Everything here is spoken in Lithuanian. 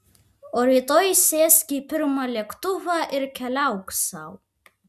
o rytoj sėsk į pirmą lėktuvą ir keliauk sau